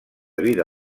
vida